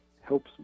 helps